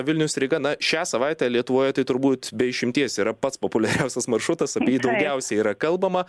vilnius ryga na šią savaitę lietuvoje tai turbūt be išimties yra pats populiariausias maršrutas apie jį daugiausiai yra kalbama